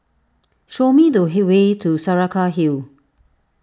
show me the hay way to Saraca Hill